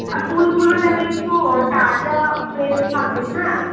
আর ফুলগুলো যেন একটু তাজা ফ্রেশ থাকে হ্যাঁ